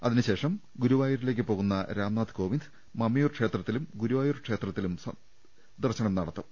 ഇതിനുശേഷം ഗുരുവായൂരിലേക്ക് പോകുന്ന രാംനാഥ് കോവിന്ദ് മമ്മിയൂർ ക്ഷേത്രത്തിലും ഗുരുവായൂർ ക്ഷേത്രത്തിലും ദർശനം നടത്തും